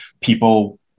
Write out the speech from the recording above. people